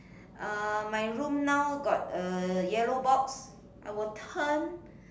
uh my room now got a yellow box I will turn